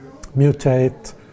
mutate